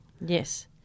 Yes